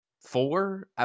four